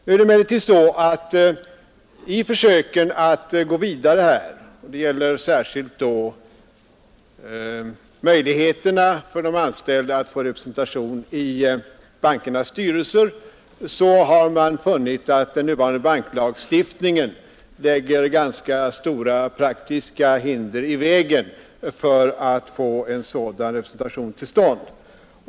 Nu är det emellertid så, att man i försöken att gå vidare här — det gäller särskilt då möjligheterna för de anställda att få representation i bankernas styrelser — har funnit att nuvarande banklagstiftning lägger stora praktiska hinder i vägen för en sådan representation.